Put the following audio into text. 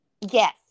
Yes